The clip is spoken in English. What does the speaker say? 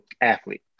athlete